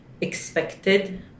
expected